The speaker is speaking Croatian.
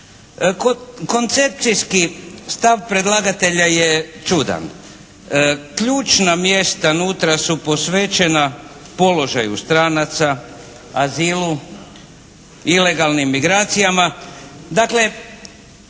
Koncepcijski stav predlagatelja je čudan. Ključna mjesta unutra su posvećena položaju stranaca, azilu, ilegalnim migracijama.